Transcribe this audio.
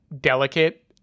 delicate